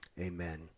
Amen